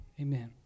amen